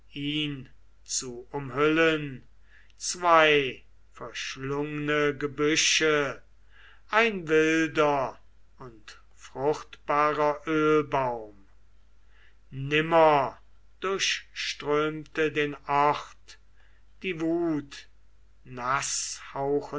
ihn zu umhüllen zwei verschlungne gebüsche ein wilder und fruchtbarer ölbaum nimmer durchstürmte den ort die wut